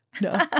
no